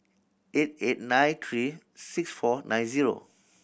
eight eight nine three six four nine zero